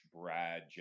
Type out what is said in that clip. Brad